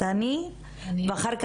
קודם כל,